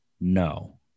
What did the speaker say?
no